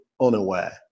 unaware